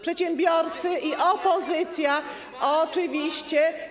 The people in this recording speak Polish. Przedsiębiorcy i opozycja oczywiście.